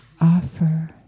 offer